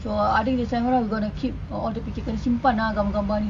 so ah after december I'm gonna keep all the pictures kena simpan ah gambar-gambar ni